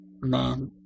man